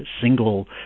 single